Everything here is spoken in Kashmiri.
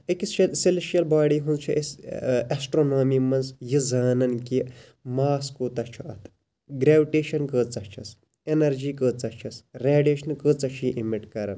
أکِس سیٚلِشل باڈی ہٕنٛز چھِ أسۍ ایٚسٹرونومی مَنٛز یہِ زانَن کہِ ماس کوٗتاہ چھُ اتھ گریوِٹیشَن کۭژاہ چھَس ایٚنَرجی کۭژاہ چھَس ریٚڈییشنہٕ کۭژاہ چھ یہِ ایٚمِٹ کَران